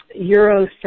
Eurocentric